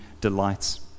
delights